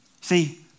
See